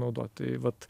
naudot tai vat